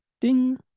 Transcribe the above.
Ding